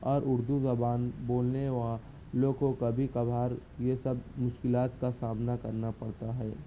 اور اردو زبان بولنے والوں کو کبھی کبھار یہ سب مشکلات کا سامنا کرنا پڑتا ہے